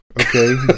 okay